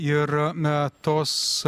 ir na tos